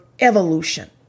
evolution